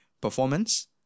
performance